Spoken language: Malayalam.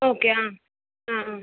ഓക്കെ ആ ആ ആ